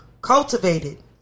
Cultivated